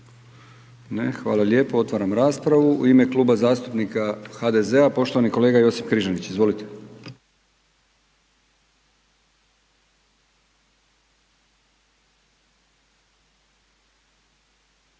hvala lijepo. Otvaram raspravu, u ime Kluba zastupnika HDZ-a poštovani kolega Josip Križanić, izvolite.